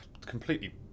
completely